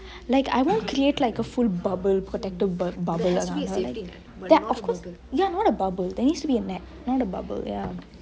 like I won't create like a full bubble protective bubble ya of course not a bubble there has to be a net not a bubble ya